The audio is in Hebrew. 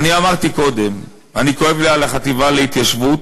אמרתי קודם: כואב לי על החטיבה להתיישבות,